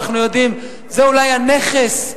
אנחנו יודעים שזה אולי הנכס,